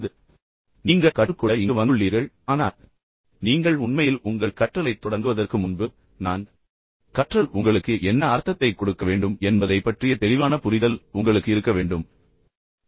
எனவே நீங்கள் இந்த பாடத்திட்டத்திலிருந்து கற்றுக்கொள்ள இங்கு வந்துள்ளீர்கள் ஆனால் நீங்கள் உண்மையில் உங்கள் கற்றலைத் தொடங்குவதற்கு முன்பு நான் இந்த பாடத்திட்டத்தைப் பொருத்தவரை கற்றல் உங்களுக்கு என்ன அர்த்தத்தை கொடுக்க வேண்டும் என்பதைப் பற்றிய தெளிவான புரிதல் உங்களுக்கு இருக்க வேண்டும் என்று நான் விரும்புகிறேன்